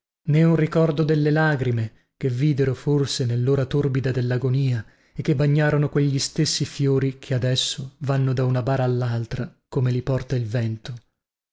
nè un ricordo delle lagrime che videro forse nellora torbida dellagonia e che bagnarono quegli stessi fiori che adesso vanno da una bara allaltra come li porta il vento